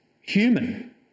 human